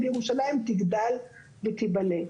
וירושלים תגדל ותיבנה.